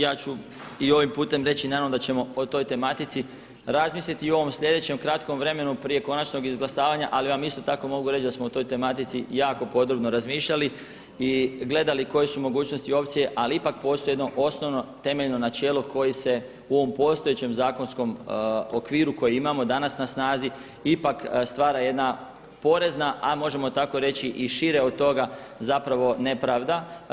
Ja ću i ovim putem reći naravno da ćemo o toj tematici razmisliti i u ovom sljedećem kratkom vremenu prije konačnog izglasavanja ali vam isto tako mogu reći da smo o toj tematici jako podrobno razmišljali i gledali koje su mogućnosti i opcije ali ipak postoji jedno osnovno temeljno načelo koje se u ovom postojećem zakonskom okviru koji imamo danas na snazi ipak stvara jedna porezna a možemo tako reći i šire od toga zapravo nepravda.